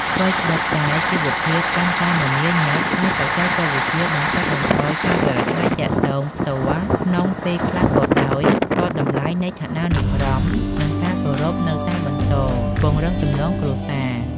ថ្វីត្បិតតែជីវិតកាន់តែមមាញឹក ហើយបច្ចេកវិទ្យាបានកាត់បន្ថយការប្រាស្រ័យទាក់ទងផ្ទាល់ក្នុងពេលខ្លះក៏ដោយ ក៏តម្លៃនៃឋានានុក្រម និងការគោរពនៅតែបន្ត ពង្រឹងចំណងគ្រួសារ។